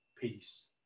peace